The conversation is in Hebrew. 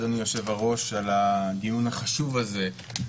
אדוני יושב-הראש על הדיון החשוב הזה.